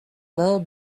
little